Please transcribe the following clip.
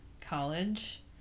college